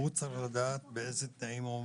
צריך לדעת באילו תנאים הוא עומד.